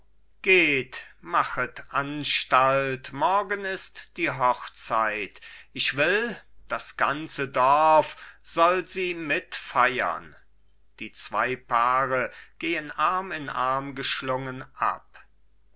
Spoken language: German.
geht machet anstalt morgen ist die hochzeit ich will das ganze dorf soll sie mitfeiern die zwei paare gehen arm in arm geschlungen ab